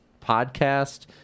podcast